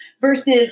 versus